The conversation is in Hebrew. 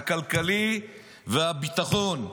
הכלכלי והביטחון.